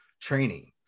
training